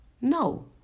No